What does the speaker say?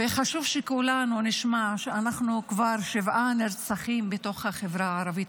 וחשוב שכולנו נשמע שכבר יש שבעה נרצחים בחברה הערבית,